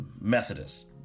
methodists